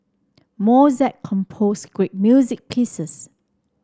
Mozart composed great music pieces